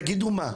תגידו מה?